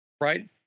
right